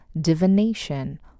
divination